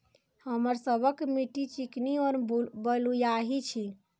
हमर सबक मिट्टी चिकनी और बलुयाही छी?